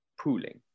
pooling